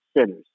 sinners